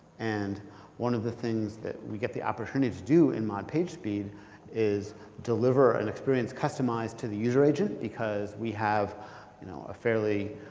and one of the things that we get the opportunity to do in mod pagespeed is deliver an experience customized to the user agent, because we have you know ah a